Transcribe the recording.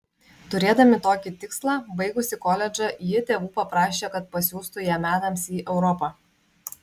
turėdama tokį tikslą baigusi koledžą ji tėvų paprašė kad pasiųstų ją metams į europą